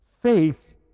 Faith